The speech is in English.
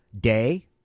day